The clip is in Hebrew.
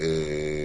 עליהם.